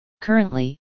Currently